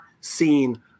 seen